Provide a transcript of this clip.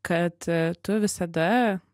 kad tu visada